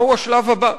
"מהו השלב הבא?